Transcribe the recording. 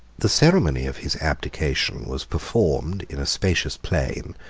the ceremony of his abdication was performed in a spacious plain,